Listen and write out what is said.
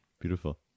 beautiful